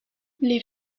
les